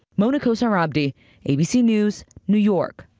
mona kosar abdi abc news, new york.